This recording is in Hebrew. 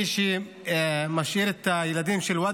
אנחנו רוצים שיתעללו בילדים שלנו?